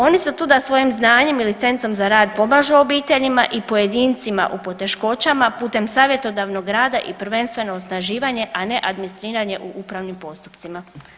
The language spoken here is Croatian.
Oni su tu da svojim znanjem i licencom za rad pomažu obiteljima i pojedincima u poteškoćama putem savjetodavnog rada i prvenstveno osnaživanje a ne administriranje u upravnim postupcima.